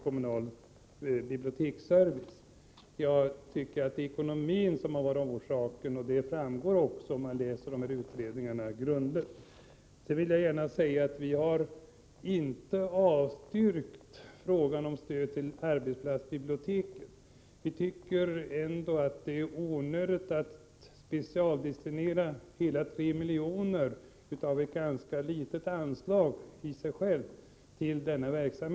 Enligt min mening har ekonomin varit huvudorsaken, vilket också framgår, om man läser utredningarna grundligt. Vi har inte avstyrkt när det gäller stöd till arbetsplatsbibliotek, men vi anser att det är onödigt att till denna verksamhet specialdestinera hela 3 milj.kr. av ett i sig självt ganska litet anslag.